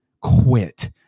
quit